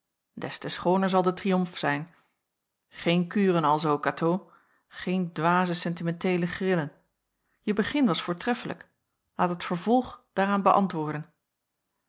des te schooner zal de triomf zijn geen kuren alzoo katoo geen dwaze sentimenteele grillen je begin was voortreffelijk laat het vervolg daaraan beäntwoorden